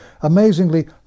amazingly